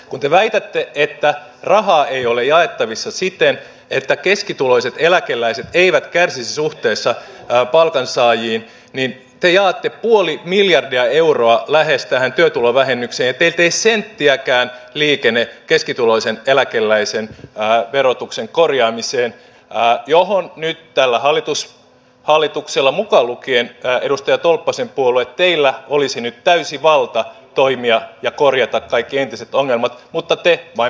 kun te väitätte että rahaa ei ole jaettavissa siten että keskituloiset eläkeläiset eivät kärsisi suhteessa palkansaajiin niin te jaatte puoli miljardia euroa lähes tähän työtulovähennykseen ja teiltä ei senttiäkään liikene keskituloisen eläkeläisen verotuksen korjaamiseen jossa nyt tällä hallituksella mukaan lukien edustaja tolppasen puolue olisi nyt täysi valta toimia ja korjata kaikki entiset ongelmat mutta te vain pahennatte niitä